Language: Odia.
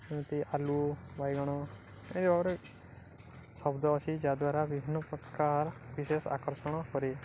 ଏମିତି ଆଳୁ ବାଇଗଣ ଏମିତି ଭାବରେ ଶବ୍ଦ ଅଛି ଯାହା ଦ୍ୱାରା ବିଭିନ୍ନପ୍ରକାର ବିଶେଷ ଆକର୍ଷଣ କରେ